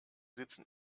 sitzen